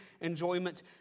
enjoyment